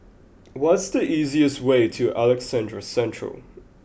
what's the easiest way to Alexandra Central